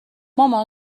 مامان